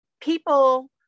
people